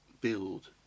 build